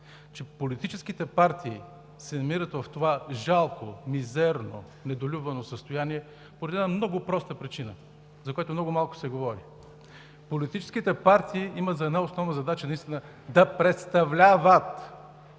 че политическите партии се намират в такова жалко, мизерно, недолюбвано състояние поради една много проста причина, за която много малко се говори. Политическите партии имат за основна задача да пред-став-ля-ват.